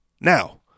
Now